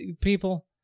people